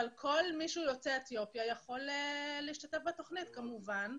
אבל כל מי שהוא יוצא אתיופיה יכול להשתתף בתוכנית כמובן.